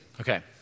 Okay